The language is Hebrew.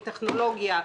טכנולוגיה,